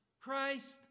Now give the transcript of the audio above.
Christ